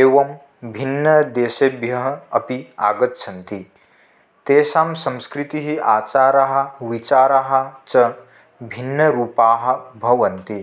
एवं भिन्नदेशेभ्यः अपि आगच्छन्ति तेषां संस्कृतिः आचारः विचारः च भिन्नरूपाः भवन्ति